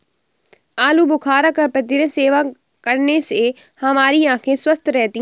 आलू बुखारा का प्रतिदिन सेवन करने से हमारी आंखें स्वस्थ रहती है